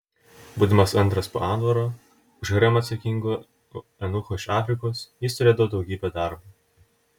būdamas antras po anvaro už haremą atsakingo eunucho iš afrikos jis turėdavo daugybę darbo